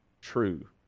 true